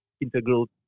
integral